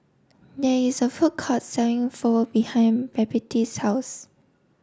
there is a food court selling Pho behind Babette's house